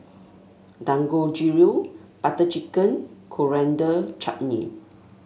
Dangojiru Butter Chicken and Coriander Chutney